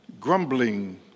grumbling